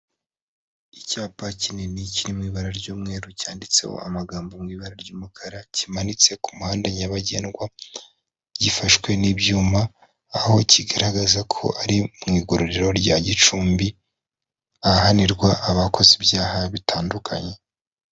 Icyapa kinini kiri mu ibara ry'umweru cyanditseho amagambo mu ibara ry'umukara kimanitse ku muhanda nyabagendwa, gifashwe n'ibyuma aho kigaragaza ko ari mu igororero rya Gicumbi ahahanirwa abakoze ibyaha bitandukanye.